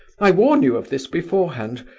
i warn you of this beforehand,